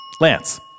Lance